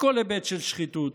מכל היבט של שחיתות,